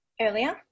earlier